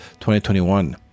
2021